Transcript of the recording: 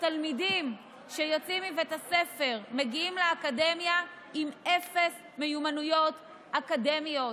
שתלמידים שיוצאים מבית הספר מגיעים לאקדמיה עם אפס מיומנויות אקדמיות,